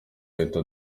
leta